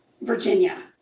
Virginia